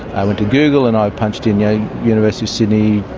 i went to google and i punched in yeah university of sydney,